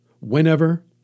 whenever